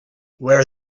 where